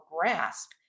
grasp